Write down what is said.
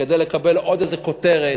כדי לקבל עוד איזו כותרת,